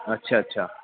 अच्छा अच्छा